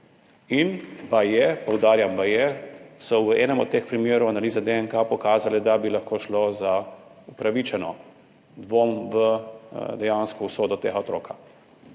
in baje, poudarjam baje, so v enem od teh primerov analize DNK pokazale, da bi lahko šlo za upravičen dvom v dejansko usodo tega otroka.